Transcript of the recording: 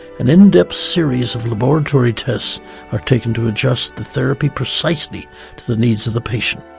an in-depth series of laboratory tests are taken to adjust the therapy precisely to the needs of the patient.